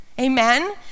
Amen